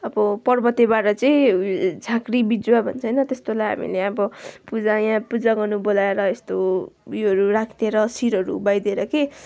अब पर्वतेबाट चाहिँ झाँक्री बिजुवा भन्छ होइन त्यस्तो लायो भने अब पूजा यहाँ पूजा गर्नु बोलाएर यस्तो उयोहरू राख्थे र शिरहरू उभ्याइदिएर के